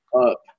up